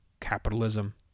capitalism